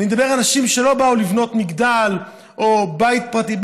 אני מדבר על אנשים שלא באו לבנות מגדל או בית פרטי,